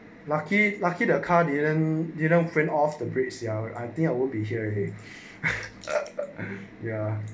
lucky lucky the car didn't didn't of the breaks sia I think I won't be here here ya